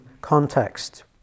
context